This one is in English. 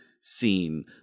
scene